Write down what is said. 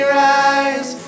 rise